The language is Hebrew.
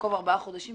במקום ארבעה חודשים,